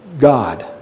God